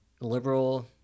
liberal